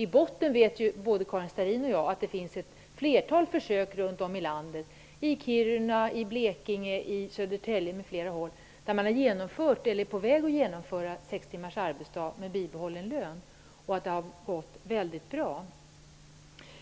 I botten vet ju både Karin Starrin och jag att det finns ett flertal försök runt om i landet, i Kiruna, Blekinge, Södertälje m.m., där man har genomfört eller är på väg att genomföra sex timmars arbetsdag med bibehållen lön. Det har gått väldigt bra.